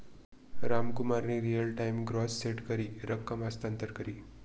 रामकुमारनी real time gross सेट करी रकम हस्तांतर करी